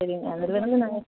சரிங்க அந்த நாங்கள்